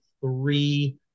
three